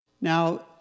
Now